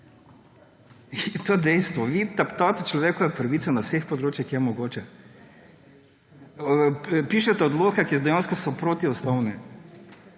to je dejstvo. Vi teptate človekove pravice na vseh področjih, kjer je mogoče. Pišete odloke, ki dejansko so protiustavni.